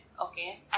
okay